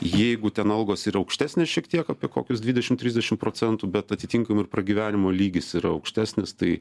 jeigu ten algos yra aukštesnės šiek tiek apie kokius dvidešim trisdešim procentų bet atitinkamai ir pragyvenimo lygis yra aukštesnis tai